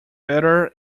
better